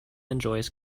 enjoys